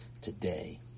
today